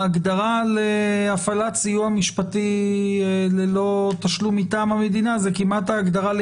ההגדרה להפעלת סיוע משפטי ללא תשלום מטעם המדינה זה כמעט ההגדרה היחידה,